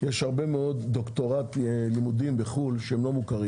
יש הרבה מאוד לימודי דוקטורט מחו"ל שלא מוכרים